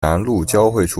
东侧